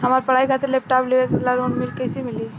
हमार पढ़ाई खातिर लैपटाप लेवे ला लोन कैसे मिली?